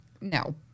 no